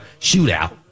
shootout